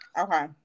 Okay